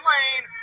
Lane